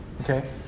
Okay